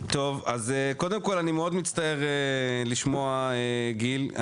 קודם כל אני מאוד מצטער לשמוע גיל,